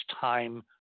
time